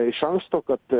iš anksto kad